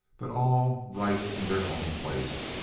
but all right in their own place,